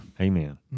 amen